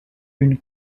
une